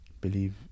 Believe